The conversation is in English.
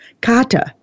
Kata